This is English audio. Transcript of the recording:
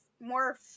more